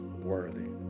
worthy